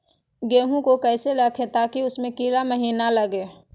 गेंहू को कैसे रखे ताकि उसमे कीड़ा महिना लगे?